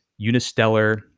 Unistellar